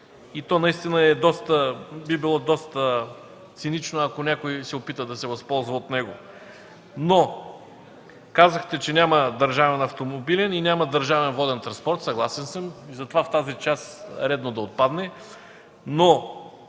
и наистина би било доста цинично, ако някой се опита да се възползва от него. Казахте обаче, че няма държавен автомобилен и държавен воден транспорт – съгласен съм, затова тази част е редно да отпадне.